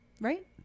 right